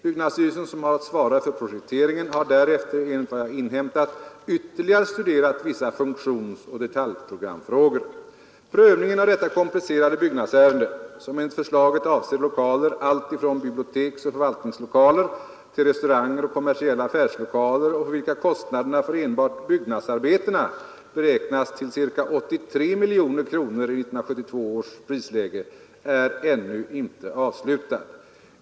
Byggnadsstyrelsen, som har att svara för projekteringen, har därefter enligt vad jag inhämtat ytterligare studerat vissa funktionsoch detaljprogramfrågor. Prövningen av detta komplicerade byggnadsärende — som enligt förslaget avser lokaler alltifrån biblioteksoch förvaltningslokaler till restauranger och kommersiella affärslokaler och för vilka kostnaderna för enbart byggnadsarbetena beräknats till ca 83 miljoner kronor i 1972 års prisläge — är ännu inte avslutad.